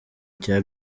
cya